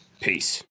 Peace